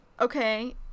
Okay